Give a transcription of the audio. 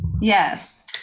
Yes